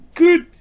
good